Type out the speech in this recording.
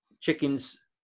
chickens